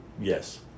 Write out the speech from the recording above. Yes